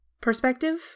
perspective